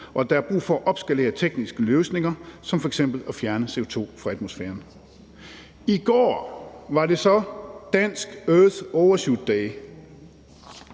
og at der er brug for at opskalere tekniske løsninger som f.eks. at fjerne CO2 fra atmosfæren. I går var det så den danske earth overshoot day.